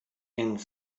and